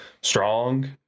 strong